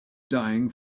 dying